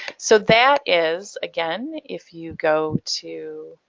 so that is, again if you go to